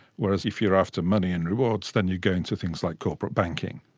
whereas if you're after money and rewards then you go into things like corporate banking.